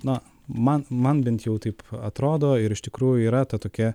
na man man bent jau taip atrodo ir iš tikrųjų yra ta tokia